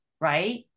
right